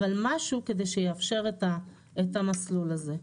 אבל משהו כדי שיאפשר את המסלול הזה.